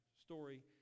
story